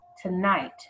Tonight